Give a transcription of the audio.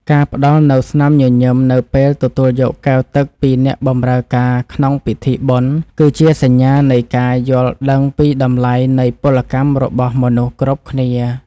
ការផ្តល់នូវស្នាមញញឹមនៅពេលទទួលយកកែវទឹកពីអ្នកបម្រើការក្នុងពិធីបុណ្យ គឺជាសញ្ញានៃការយល់ដឹងពីតម្លៃនៃពលកម្មរបស់មនុស្សគ្រប់គ្នា។